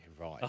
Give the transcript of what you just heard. Right